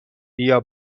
بیا